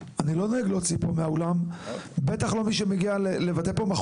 אני מבקש לתת לה את